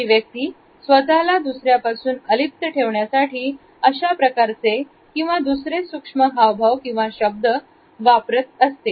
अशी व्यक्ती स्वतःला दुसऱ्यापासून अलिप्त ठेवण्यासाठी अशा प्रकारचे किंवा दुसरे सूक्ष्म हावभाव किंवा शब्द वापरत असते